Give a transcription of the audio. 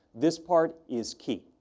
this part is key.